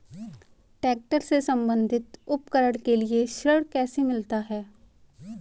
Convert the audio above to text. Tractor से संबंधित उपकरण के लिए ऋण कैसे मिलता है?